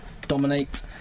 dominate